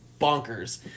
bonkers